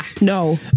No